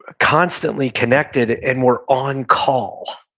ah constantly connected, and we're on-call.